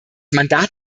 mandat